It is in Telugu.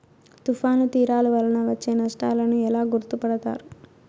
తుఫాను తీరాలు వలన వచ్చే నష్టాలను ఎలా గుర్తుపడతారు?